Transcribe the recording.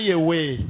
away